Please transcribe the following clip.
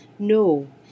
No